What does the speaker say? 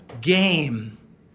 game